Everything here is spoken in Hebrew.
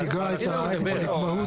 מציגה את מהות העניין.